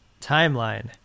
timeline